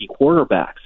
quarterbacks